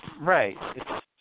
right